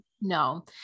no